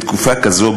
בתקופה כזאת,